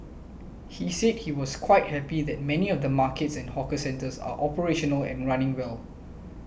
he said he was quite happy that many of the markets and hawker centres are operational and running well